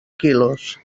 quilos